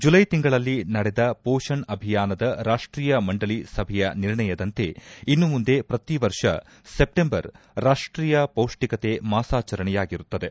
July ತಿಂಗಳಲ್ಲಿ ನಡೆದ ಮೋಷಣ್ ಅಭಿಯಾನದ ರಾಷ್ಷೀಯ ಮಂಡಳಿ ಸಭೆಯ ನಿರ್ಣಯದಂತೆ ಇನ್ನು ಮುಂದೆ ಪ್ರತಿ ವರ್ಷ ಸೆಪ್ಟೆಂಬರ್ ರಾಷ್ಟೀಯ ಪೌಷ್ಟಿಕತೆ ಮಾಸಾಚರಣೆಯಾಗಿರುತ್ತದೆ